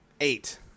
Eight